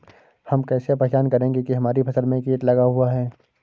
हम कैसे पहचान करेंगे की हमारी फसल में कीट लगा हुआ है?